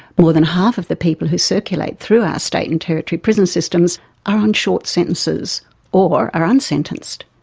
more than half of the people who circulate through our state and territory prison systems are on short sentences or are unsentenced.